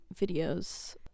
videos